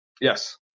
Yes